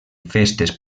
festes